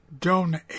DONATE